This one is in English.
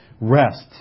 rest